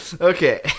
okay